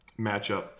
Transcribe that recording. matchup